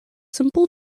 simple